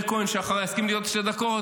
כהן שאחריי יסכים לי לעוד שתי דקות,